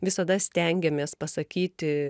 visada stengiamės pasakyti